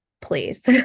please